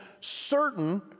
certain